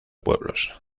pueblos